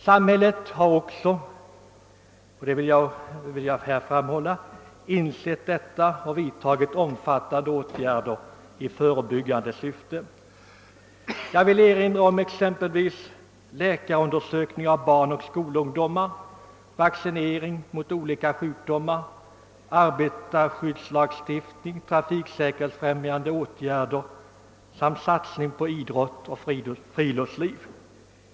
"Samhället har också insett detta och vidtagit omfattande åtgärder i förebyggande syfte. Jag vill erinra om exempelvis läkarundersökningar av barn och skolungdom, vaccinering mot olika sjukdomar, arbetarskyddslagstiftning, trafiksäkerhetsfrämjande åtgärder samt satsning på idrottsoch friluftsliv.